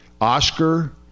Oscar